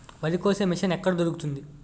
వరి కోసే మిషన్ ఎక్కడ దొరుకుతుంది?